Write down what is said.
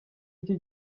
iki